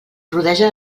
rodeja